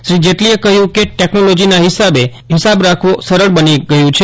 શ્રી જેટલીએ કહ્યું કે ટેકનોલોજીના કારણે હિસાબ રાખવો સરળ બન્યું છે